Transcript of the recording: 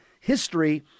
history